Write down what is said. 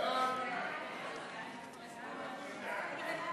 הצעת חוק הנכים